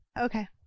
Okay